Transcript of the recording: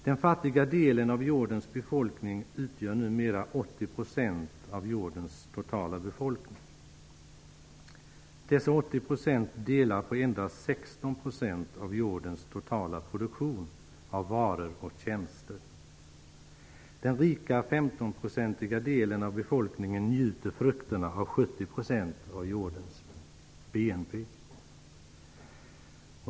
Den fattiga delen av jordens totala befolkning uppgår numera till 80 %. Dessa 80 % delar på endast 16 % av jordens totala produktion av varor och tjänster. Den rika delen av befolkningen, 15 %, njuter frukterna av 70 % av jordens BNP.